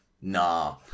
nah